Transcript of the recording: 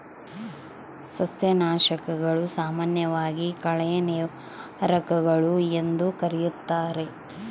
ಸಸ್ಯನಾಶಕಗಳು, ಸಾಮಾನ್ಯವಾಗಿ ಕಳೆ ನಿವಾರಕಗಳು ಎಂದೂ ಕರೆಯುತ್ತಾರೆ